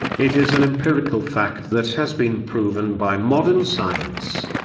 it is an empirical fact that has been proven by modern science.